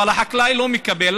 אבל החקלאי לא מקבל.